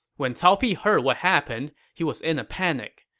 when cao pi heard what happened, he was in a panick.